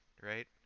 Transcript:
right